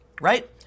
Right